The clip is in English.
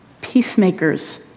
Peacemakers